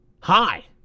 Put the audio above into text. hi